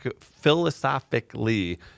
philosophically